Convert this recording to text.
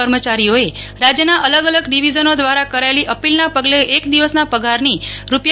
કર્મચારીઓએ રાજ્યના અલગ અલગ ડિવિઝનો દ્વારા કરાયેલી અપીલના પગલે એક દિવસના પગારની રૂા